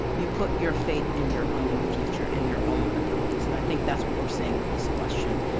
you put your faith in your own future and your own abilities. and i think that's what we're seeing with this question.